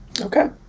okay